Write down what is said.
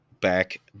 back